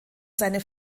seine